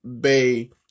Bay